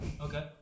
Okay